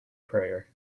prayer